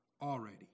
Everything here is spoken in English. already